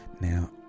now